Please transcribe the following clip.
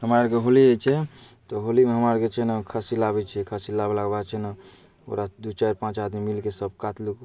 हमरा आओरके होली होइ छै तऽ होलीमे हमरा आओरके छै ने खस्सी लाबै छिए खस्सी लाबलाके बाद छै ने ओकरा दुइ चारि पाँच आदमी मिलिकऽ सभ काटलहुँ